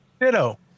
Ditto